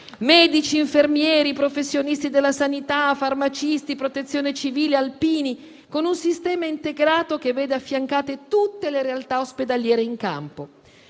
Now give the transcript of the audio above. (medici, infermieri, professionisti della sanità, farmacisti, Protezione civile, alpini), con un sistema integrato che vede affiancate tutte le realtà ospedaliere in campo.